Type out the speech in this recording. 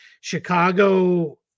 Chicago